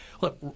Look